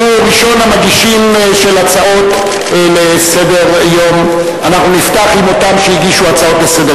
הוא ראשון המגישים של הצעות לסדר-היום מס' 4391,